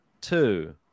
two